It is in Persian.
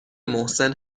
محسن